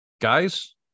guys